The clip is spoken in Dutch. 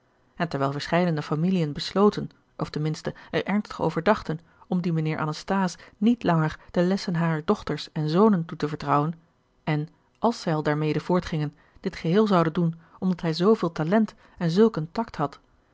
en terwijl verscheidene familien besloten of ten minste er ernstig over dachten om dien mijnheer anasthase niet langer de lessen harer dochters en zonen toe te vertrouwen en als zij al daarmede voortgingen dit geheel zouden doen omdat hij zooveel talent en zulk een tact had